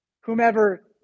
whomever